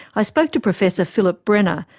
i spoke to professor philip brenner,